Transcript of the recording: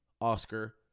oscar